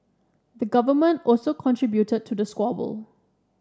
the Government also contributed to the squabble